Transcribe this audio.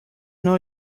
know